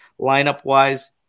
Lineup-wise